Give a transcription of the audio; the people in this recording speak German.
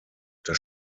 das